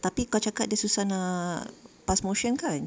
tapi kau cakap dia susah nak pass motion kan